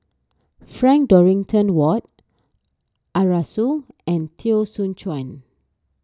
Frank Dorrington Ward Arasu and Teo Soon Chuan